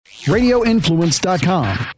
Radioinfluence.com